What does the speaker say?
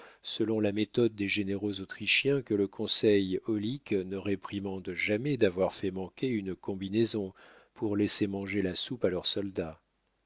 selon la méthode des généraux autrichiens que le conseil aulique ne réprimande jamais d'avoir fait manquer une combinaison pour laisser manger la soupe à leurs soldats